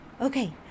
Okay